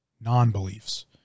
non-beliefs